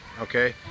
okay